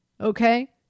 Okay